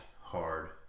hard